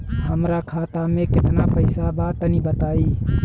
हमरा खाता मे केतना पईसा बा तनि बताईं?